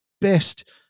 best